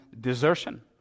desertion